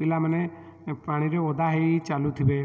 ପିଲାମାନେ ପାଣିରେ ଓଦା ହୋଇ ଚାଲୁଥିବେ